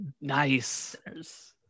Nice